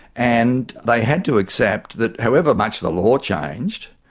and they had to accept that however much the law changed,